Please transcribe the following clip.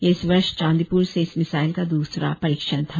यह इस वर्ष चांदीपुर से इस मिसाइल का दूसरा परीक्षण था